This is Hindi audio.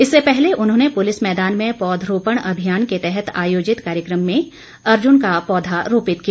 इससे पहले उन्होंने पुलिस मैदान में पौध रोपण अभियान के तहत आयोजित कार्यकम में अर्जुन का पौधा रोपित किया